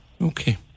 okay